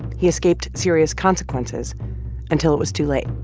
he escaped serious consequences until it was too late